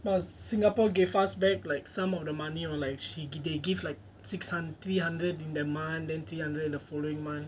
but singapore gave us back like some of the money or like she they give like six hundred three hundred in the month and three hundred in the following month